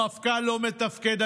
המפכ"ל לא מתפקד,